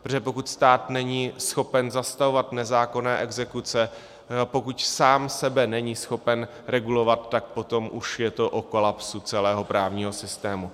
Protože pokud stát není schopen zastavovat nezákonné exekuce, pokud sám sebe není schopen regulovat, tak potom už je to o kolapsu celého právního systému.